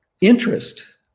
interest